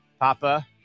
Papa